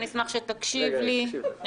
אני אשמח שתקשיב לי,